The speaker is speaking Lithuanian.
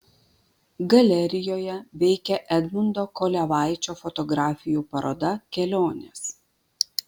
galerijoje veikia edmundo kolevaičio fotografijų paroda kelionės